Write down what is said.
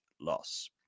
loss